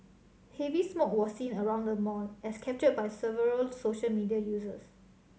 heavy smoke was seen around the mall as captured by several social media users